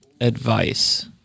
Advice